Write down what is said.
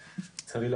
לצערי,